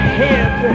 head